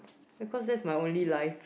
because that's my only life